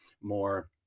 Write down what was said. more